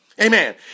Amen